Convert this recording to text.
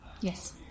Yes